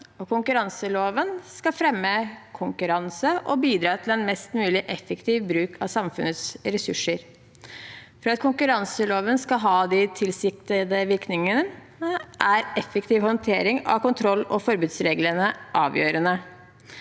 Konkurranseloven skal fremme konkurranse og bidra til en mest mulig effektiv bruk av samfunnets ressurser. For at konkurranseloven skal ha de tilsiktede virkningene, er effektiv håndtering av kontroll- og forbudsreglene avgjørende.